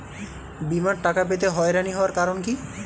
বিমার টাকা পেতে হয়রানি হওয়ার কারণ কি?